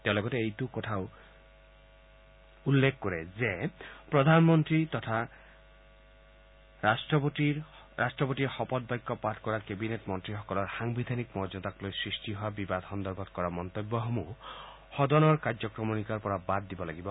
তেওঁ লগতে এই কথাটোও উল্লেখ কৰে যে প্ৰধানমন্ত্ৰীৰ তথা ৰাষ্ট্ৰপতিৰ শপতবাক্য পাঠ কৰোৱা কেবিনেট মন্ত্ৰীসকলৰ সাংবিধানিক মৰ্যাদাক সৃষ্টি হোৱা বিবাদ সন্দৰ্ভত কৰা মন্তব্যসমূহ সদনৰ কাৰ্যক্ৰমণিকাৰ পৰা বাদ দিব লাগিব